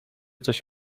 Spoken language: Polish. coś